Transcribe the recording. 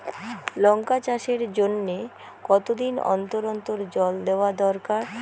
লঙ্কা চাষের জন্যে কতদিন অন্তর অন্তর জল দেওয়া দরকার?